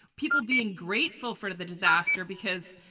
people being grateful for the disaster because,